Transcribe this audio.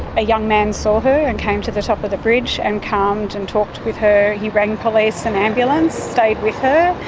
a young man saw her and came to the top of the bridge and calmed and talked with her. he rang police and ambulance, stayed with her,